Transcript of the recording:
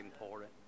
important